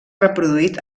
reproduït